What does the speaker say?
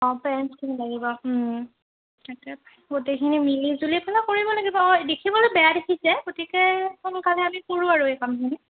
অঁ পেৰেণ্টছখিনি লাগিব তাকে গোটেইখিনি মিলি জুলি পেলাই কৰিব লাগিব অঁ দেখিবলৈ বেয়া দেখিছে গতিকে সোনকালে আমি কৰোঁ আৰু এই কামখিনি